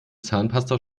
zahnpasta